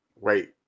wait